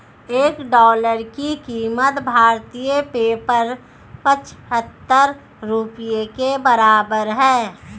एक डॉलर की कीमत भारतीय पेपर पचहत्तर रुपए के बराबर है